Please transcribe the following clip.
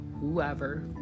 whoever